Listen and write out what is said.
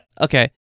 Okay